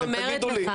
תגידו לי.